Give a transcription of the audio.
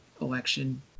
election